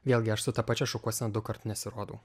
vėlgi aš su ta pačia šukuosena dukart nesirodau